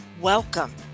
Welcome